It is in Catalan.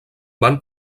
van